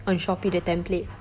on Shopee the template